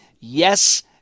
yes